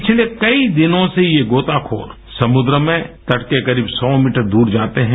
पिछले कई दिनों से ये गोताखोर समुद्र में तट के करीब सौ मीटर दूर जाते हैं